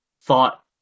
thought